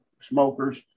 smokers